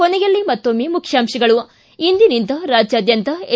ಕೊನೆಯಲ್ಲಿ ಮತ್ತೊಮ್ಮೆ ಮುಖ್ಯಾಂಶಗಳು ಇಂದಿನಿಂದ ರಾಜ್ಯಾದ್ಯಂತ ಎಸ್